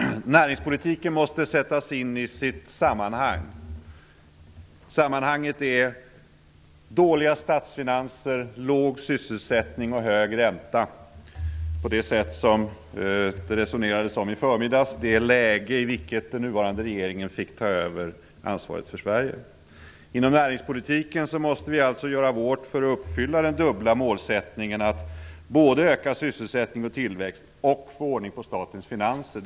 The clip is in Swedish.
Herr talman! Näringspolitiken måste sättas in i sitt sammanhang. Sammanhanget är dåliga statsfinanser, låg sysselsättning och hög ränta, på det sätt som det resonerades om i förmiddags, dvs. det läge i vilket den nuvarande regeringen fick ta över ansvaret för Inom näringspolitken måste vi alltså göra vårt för att uppfylla den dubbla målsättningen att både öka sysselsättning och tillväxt och få ordning på statens finanser.